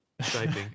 shaping